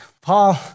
Paul